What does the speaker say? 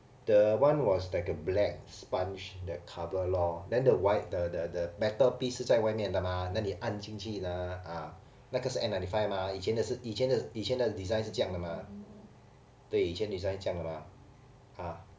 the one was like a black sponge that cover lor then the white the the the metal piece 是在外面的 mah then 你按进去 ah 那个是 N ninety five mah 以前的是以前的以前的 design 是这样的嘛对以前 design 这样的嘛 ah